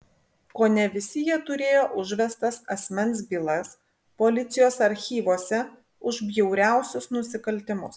kone visi jie turėjo užvestas asmens bylas policijos archyvuose už bjauriausius nusikaltimus